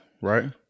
right